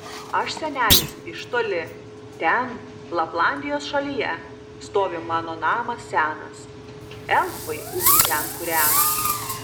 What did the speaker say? aš senelis iš toli ten laplandijos šalyje stovi mano namas senas elfai ugnį ten kūrena